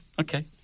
Okay